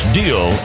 deal